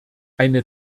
eine